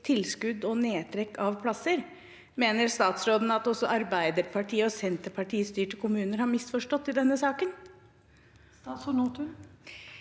tilskudd og nedtrekk av plasser. Mener statsråden at også Arbeiderparti- og Senterparti-styrte kommuner har misforstått i denne saken?